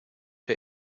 der